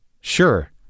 sure